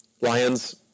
Lions